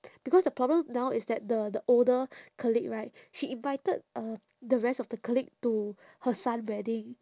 because the problem now is that the the older colleague right she invited uh the rest of the colleague to her son wedding